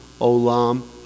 Olam